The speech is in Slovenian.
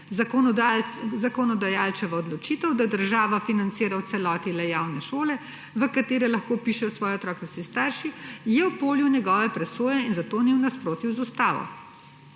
Zakonodajalčeva odločitev, da država financira v celoti le javne šole, v katere lahko vpišejo svoje otroke vsi starši, je v polju njegove presoje in zato ni v nasprotju z ustavo.«